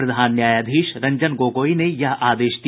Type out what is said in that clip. प्रधान न्यायाधीश रंजन गोगई ने यह आदेश दिया